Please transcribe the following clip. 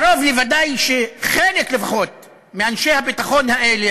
קרוב לוודאי שחלק לפחות מאנשי הביטחון האלה,